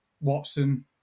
Watson